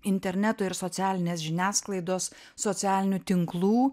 interneto ir socialinės žiniasklaidos socialinių tinklų